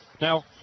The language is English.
Now